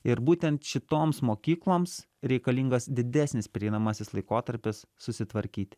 ir būtent šitoms mokykloms reikalingas didesnis pereinamasis laikotarpis susitvarkyti